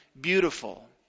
beautiful